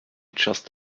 just